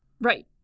Right